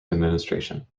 administration